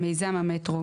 "מיזם המטרו",